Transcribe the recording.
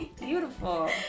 beautiful